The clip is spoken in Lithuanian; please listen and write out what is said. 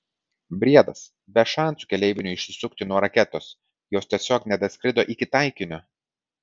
briedas be šansų keleiviniui išsisukti nuo raketos jos tiesiog nedaskrido iki taikinio